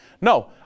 No